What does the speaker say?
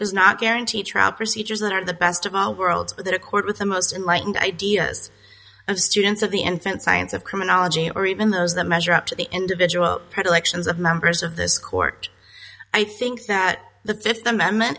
does not guarantee trap procedures that are the best of all worlds that a court with the most enlightened ideas of students of the infant science of criminology or even those that measure up to the individual predilections of members of this court i think that the fifth amendment